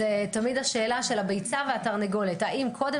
זו תמיד השאלה של הביצה והתרנגולת: האם קודם